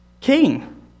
king